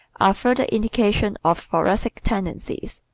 are further indications of thoracic tendencies,